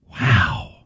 Wow